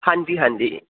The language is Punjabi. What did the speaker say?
ਹਾਂਜੀ ਹਾਂਜੀ